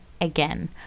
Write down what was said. Again